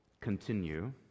continue